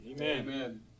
Amen